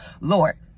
Lord